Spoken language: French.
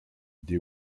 the